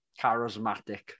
charismatic